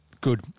Good